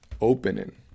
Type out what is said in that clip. opening